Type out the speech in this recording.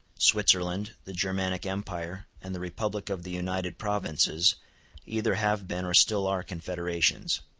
switzerland, the germanic empire, and the republic of the united provinces either have been or still are confederations.